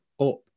up